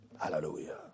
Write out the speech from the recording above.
Hallelujah